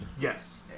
Yes